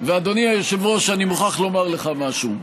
אדוני היושב-ראש, אני מוכרח לומר לך משהו.